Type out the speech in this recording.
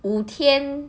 五天